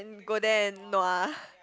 then go there and nua